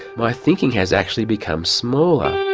my thinking has actually become smaller.